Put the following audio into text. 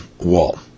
wall